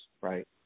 Right